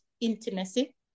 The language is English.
intimacy